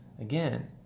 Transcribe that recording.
Again